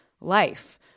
life